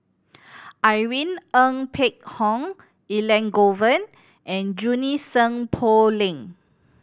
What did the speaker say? Irene Ng Phek Hoong Elangovan and Junie Sng Poh Leng